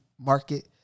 market